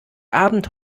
abend